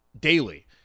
daily